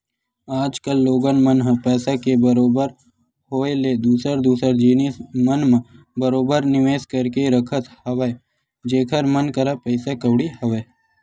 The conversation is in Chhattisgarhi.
आज कल लोगन मन ह पइसा के बरोबर होय ले दूसर दूसर जिनिस मन म बरोबर निवेस करके रखत हवय जेखर मन करा पइसा कउड़ी हवय